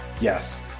yes